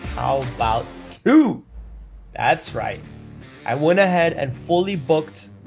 how about two that's right i went ahead and fully booked.